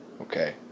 Okay